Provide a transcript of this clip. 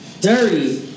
dirty